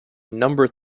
number